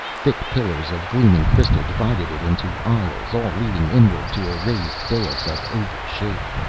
thick pillars of gleaming crystal divided it into aisles, all leading inward to a raised dais of oval shape.